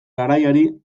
garaiari